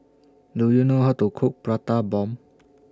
Do YOU know How to Cook Prata Bomb